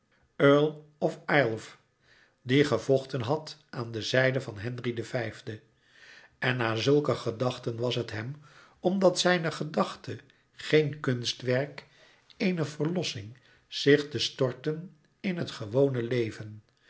of aylv die gevochten had aan de zijde van henry v en na zulke gedachten was het hem omdat zijne gedachte geen kunst werd eene verlossing zich te storten in het gewone leven